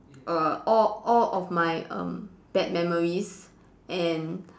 err all all of my um bad memories and